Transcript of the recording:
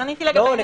לא.